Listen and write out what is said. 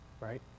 Right